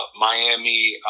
Miami